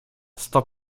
sto